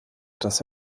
dass